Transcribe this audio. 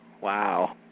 Wow